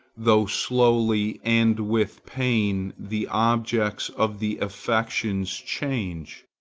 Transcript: though slowly and with pain, the objects of the affections change,